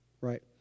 right